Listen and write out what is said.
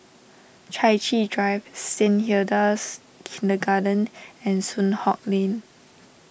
Chai Chee Drive Saint Hilda's Kindergarten and Soon Hock Lane